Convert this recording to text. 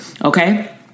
okay